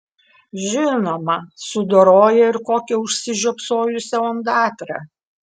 žinoma sudoroja ir kokią užsižiopsojusią ondatrą